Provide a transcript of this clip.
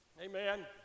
Amen